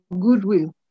goodwill